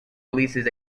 releases